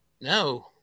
No